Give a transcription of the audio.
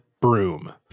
broom